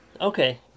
Okay